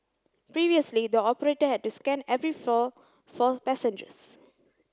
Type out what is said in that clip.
previously the operator had to scan every floor for passengers